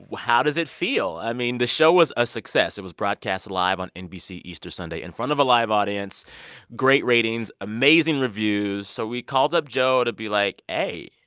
how does it feel? i mean, the show was a success. it was broadcast live on nbc easter sunday in front of a live audience great ratings, amazing reviews. so we called up joe to be like, ay,